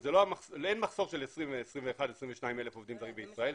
אין מחסור של 20, 21, 22 אלף עובדים זרים בישראל.